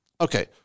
okay